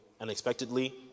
unexpectedly